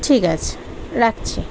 ঠিক আছে রাখছি